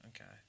okay